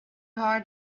heart